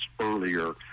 earlier